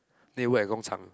then he work at gong-chang